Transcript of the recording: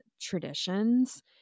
traditions